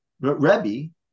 Rebbe